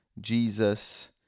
Jesus